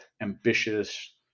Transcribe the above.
ambitious